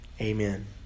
Amen